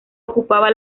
ocupaba